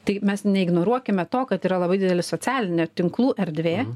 tai mes neignoruokime to kad yra labai didelė socialinė tinklų erdvė